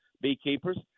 beekeepers